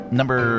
number